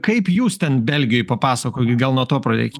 kaip jūs ten belgijoj papasakokit gal nuo to pradėkim